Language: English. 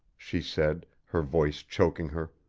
she said, her voice choking her.